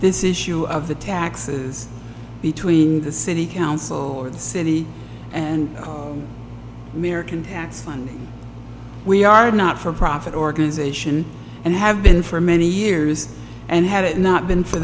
this issue of the taxes between the city council or the city and american tax fund we are not for profit organization and have been for many years and had it not been for